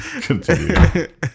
Continue